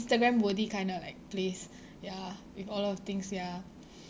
instagram worthy kind of like place ya with a lot of things ya